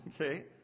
Okay